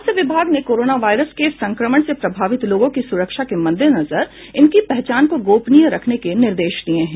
स्वास्थ्य विभाग ने कोरोना वायरस के संक्रमण से प्रभावित लोगों की सुरक्षा के मद्देनजर इनकी पहचान को गोपनीय रखने के निर्देश दिये हैं